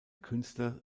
künstler